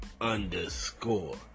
underscore